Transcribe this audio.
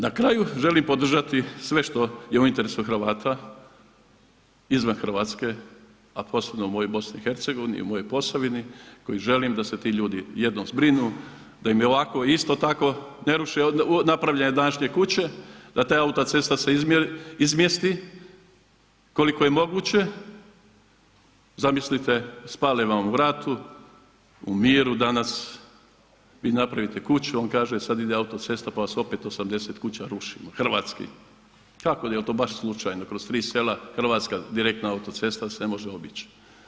Na kraju želim podržati sve što je u interesu Hrvata izvan Hrvatske a posebno moju BiH, i u mojoj Posavini kojima želim da se ti ljudi jednom zbrinu, da im je ovako isto tako ... napravljene današnje kuće, da ta autocesta se izmjesti koliko je moguće, zamislite, spale vam u ratu, u miru danas vi napravite kuću, on kaže sad ide autocesta pa vas opet 80 kuća rušimo, hrvatskih, kako, jel' to baš slučajno kroz tri sela hrvatska direktna autocesta se ne može obići.